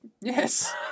yes